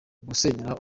gusenyera